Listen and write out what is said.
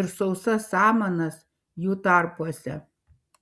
ir sausas samanas jų tarpuose